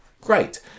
Great